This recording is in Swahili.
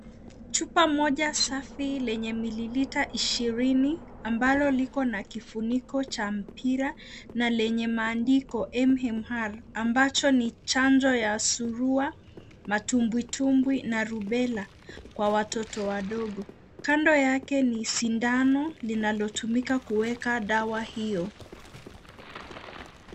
Chupa moja safi lenye mililita ishirini ambalo liko na kifuniko cha mpira na lenye maandiko MMR ambacho ni chanjo ya surua, matumbwitumbwi na rubela kwa watoto wadogo. Kando yake ni sindano linalotumika kueka dawa hio.